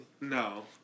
No